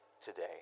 today